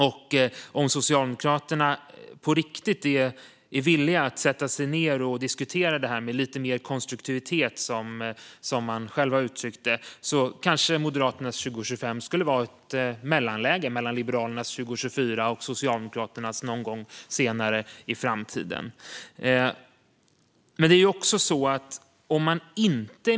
Om Socialdemokraterna på riktigt är villiga att sätta sig ned och diskutera det här med lite mer konstruktivitet, som de själva uttryckte det, skulle Moderaternas 2025 kanske vara ett mellanläge mellan Liberalernas 2024 och Socialdemokraternas någon gång senare i framtiden.